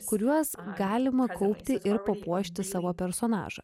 kuriuos galima kaupti ir papuošti savo personažą